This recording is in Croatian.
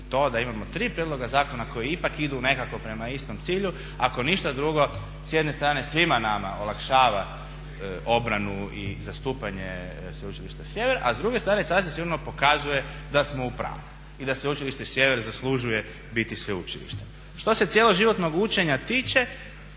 to da imamo 3 prijedloga zakona koji ipak idu nekako prema istom cilju. Ako ništa drugo s jedne strane svima nama olakšava obranu i zastupanje Sveučilišta Sjever a s druge strane sasvim sigurno pokazuje da smo u pravu i da Sveučilište Sjever zaslužuje biti sveučilište. Što se cjeloživotnog učenja tiče